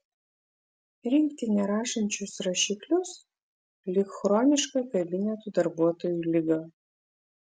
rinkti nerašančius rašiklius lyg chroniška kabinetų darbuotojų liga